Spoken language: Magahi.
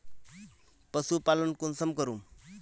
पशुपालन कुंसम करूम?